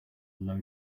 low